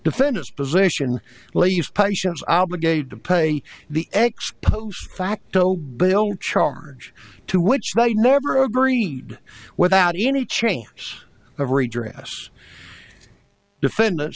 defend his position lames patients are obligated to pay the ex post facto bill charge to which they never agreed without any change of redress defendant